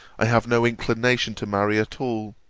i have no inclination to marry at all.